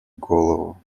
голову